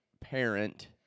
parent